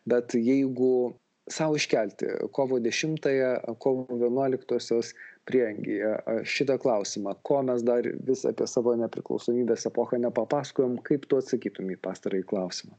bet jeigu sau iškelti kovo dešimtąją kovo vienuoliktosios prieangyje šitą klausimą ko mes dar vis apie savo nepriklausomybės epochą nepapasakojom kaip tu atsakytum į pastarąjį klausimą